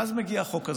ואז מגיע החוק הזה.